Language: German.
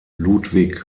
ludwig